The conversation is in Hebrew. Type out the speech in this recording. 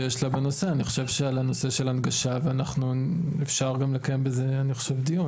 אני חושב שעל הנושא של הנגשה אפשר לקיים דיון.